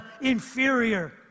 inferior